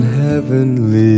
heavenly